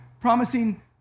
promising